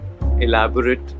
elaborate